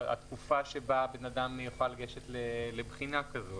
שבה הבן אדם יוכל לגשת לבחינה כזו.